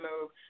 move